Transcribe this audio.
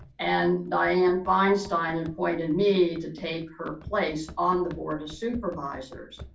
and dianne feinstein appointed me to take her place on the board of supervisors.